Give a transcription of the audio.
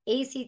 ACT